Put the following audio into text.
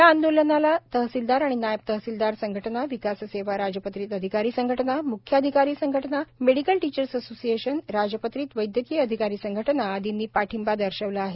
या आंदोलनाला तहसीलदार आणि नायब तहसिलदार संघटना विकास सेवा राजपत्रित अधिकारी संघटना म्ख्याधिकारी संघटना मेडिकल टीचर्स असोसिएशन राजपत्रित वैद्यकीय अधिकारी संघटना आदींनी पाठिंबा दर्शविला आहे